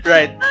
Right